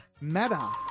Meta